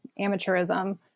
amateurism